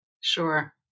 Sure